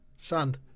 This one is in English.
Sand